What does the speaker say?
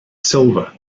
silver